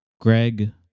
greg